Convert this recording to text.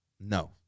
no